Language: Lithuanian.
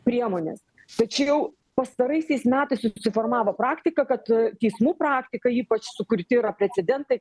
priemones tačiau pastaraisiais metais susiformavo praktika kad teismų praktika ypač sukurti yra precedentai